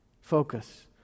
Focus